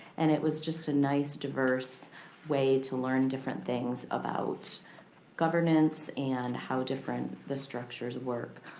and it was just a nice diverse way to learn different things about governments and how different the structures work.